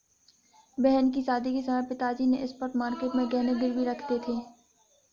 बहन की शादी के समय पिताजी ने स्पॉट मार्केट में गहने गिरवी रखे थे